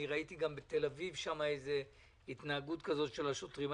ראיתי גם בתל אביב התנהגות כזאת של השוטרים.